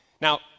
Now